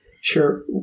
sure